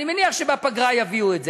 אני מניח שבפגרה יביאו את זה.